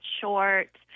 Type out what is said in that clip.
short